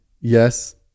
yes